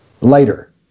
later